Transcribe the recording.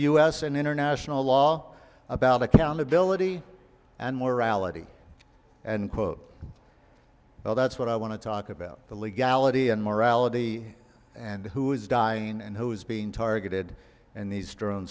and international law about accountability and more reality and quote well that's what i want to talk about the legality and morality and who is dying and who is being targeted and these